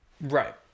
right